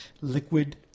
Liquid